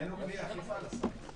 אין לו כלי אכיפה, לשר.